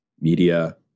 media